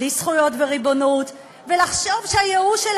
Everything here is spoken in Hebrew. בלי זכויות וריבונות ולחשוב שהייאוש של